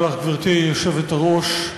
גברתי היושבת-ראש,